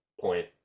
point